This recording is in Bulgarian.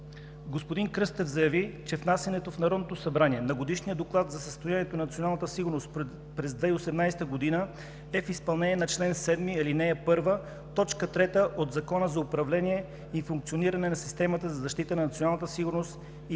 Господин Кръстев заяви, че внасянето в Народното събрание на Годишния доклад за състоянието на националната сигурност през 2018 г. е в изпълнение на чл. 7, ал. 1, т. 3 от Закона за управление и функциониране на системата за защита на националната сигурност и на т.